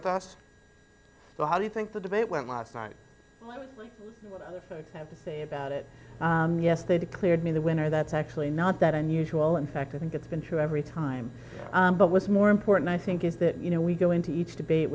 with us so how do you think the debate went masand i have to say about it yes they declared me the winner that's actually not that unusual in fact i think it's been true every time but what's more important i think is that you know we go into each debate